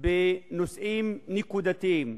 בנושאים נקודתיים.